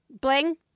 bling